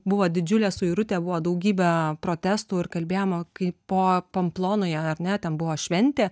buvo didžiulė suirutė buvo daugybė protestų ir kalbėjimo kai po pamplonoje ar ne ten buvo šventė